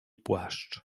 płaszcz